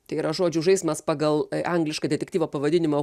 tai yra žodžių žaismas pagal anglišką detektyvo pavadinimą